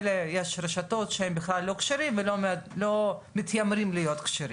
יש רשתות שהן בכלל לא כשרות ולא מתיימרות להיות כשרות.